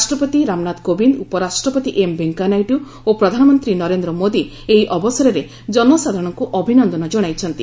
ରାଷ୍ଟ୍ରପତି ରାମନାଥ କୋବିନ୍ଦ ଉପରାଷ୍ଟ୍ରପତି ଏମ୍ ଭେଙ୍କିୟାନାଇଡ଼ୁ ଓ ପ୍ରଧାନମନ୍ତ୍ରୀ ନରେନ୍ଦ୍ର ମୋଦୀ ଏହି ଅବସରରେ ଜନସାଧାରଣଙ୍କ ଅଭିନନ୍ଦନ ଜଣାଇଛନ୍ତି